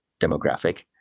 demographic